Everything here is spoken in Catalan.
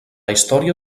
història